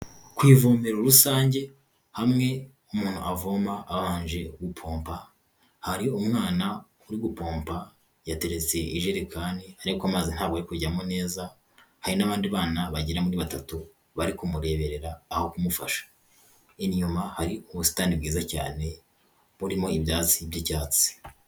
Kwivomero rusange hamwe umuntu avoma abanje gupompa. Hari umwana uri gupompa yateretse ijerekani ariko amazi ntabwo ari kujyamo neza, hari n'abandi bana bagera muri batatu bari kumureberera aho kumufasha. Inyuma hari ubusitani bwiza cyane burimo ibyatsi by'icyatsi